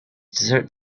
dessert